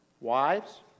Wives